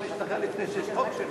סעיפים 1 5 נתקבלו.